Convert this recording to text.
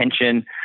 attention